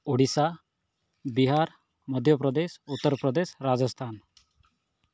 Odisha Bihar Madhya Pradesh Uttar Pradesh Rajasthan